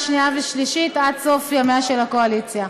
שנייה ושלישית עד סוף ימיה של הקואליציה.